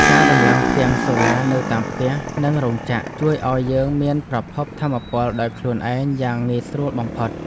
ការដំឡើងផ្ទាំងសូឡានៅតាមផ្ទះនិងរោងចក្រ ជួយឱ្យយើងមានប្រភពថាមពលដោយខ្លួនឯងយ៉ាងងាយស្រួលបំផុត។